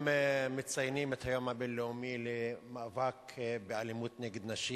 היום מציינים את היום הבין-לאומי למאבק באלימות נגד נשים.